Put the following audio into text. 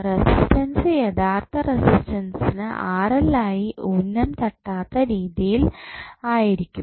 resistance യഥാർത്ഥ resistance ആയി ഊനം തട്ടാത്ത രീതിയിൽ ആയിരിക്കും